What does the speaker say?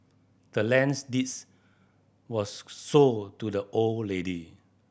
the land's deeds was sold to the old lady